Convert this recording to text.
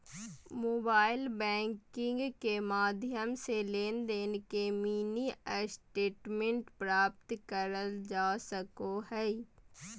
mobile banking के माध्यम से लेनदेन के मिनी स्टेटमेंट प्राप्त करल जा सको हय